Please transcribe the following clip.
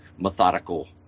methodical